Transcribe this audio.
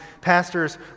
pastors